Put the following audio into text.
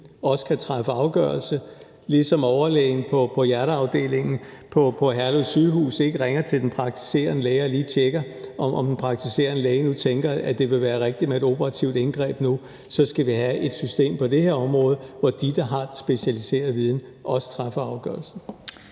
også kan træffe afgørelse. Ligesom overlægen på hjerteafdelingen på Herlev sygehus ikke ringer til den praktiserende læge og lige tjekker, om den praktiserende læge nu tænker, at det vil være rigtigt med et operativt indgreb nu, så skal vi have et system på det her område, hvor de, der har den specialiserede viden, også træffer afgørelsen.